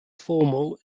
formal